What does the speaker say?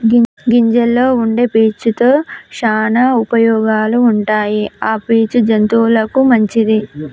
గింజల్లో వుండే పీచు తో శానా ఉపయోగాలు ఉంటాయి ఆ పీచు జంతువులకు మంచిది